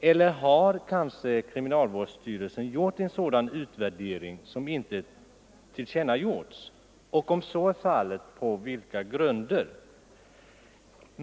Eller har kriminalvårdsstyrelsen gjort en sådan utvärdering utan att den tillkännagivits? Och om så är fallet, på vilka grunder?